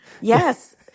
Yes